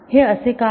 हे असे का आहे